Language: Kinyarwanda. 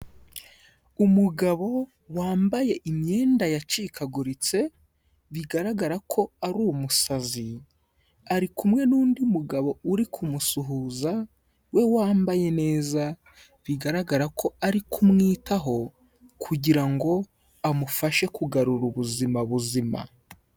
Umugabo wambaye imyenda yacikaguritse, bigaragara ko ari umusazi, ari kumwe n'undi mugabo uri kumusuhuza we wambaye neza, bigaragara ko ari kumwitaho kugira ngo amufashe kugarura ubuzima buzima.